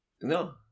No